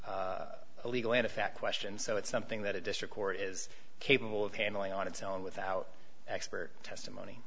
a legal and a fact question so it's something that a district court is capable of handling on its own without expert testimony